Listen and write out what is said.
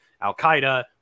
al-qaeda